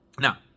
Now